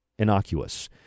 Innocuous